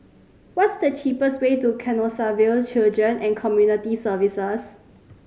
what's the cheapest way to Canossaville Children and Community Services